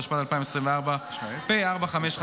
התשפ"ד 2024 (פ/4558/25),